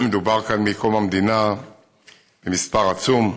מדובר כאן מקום המדינה במספר עצום,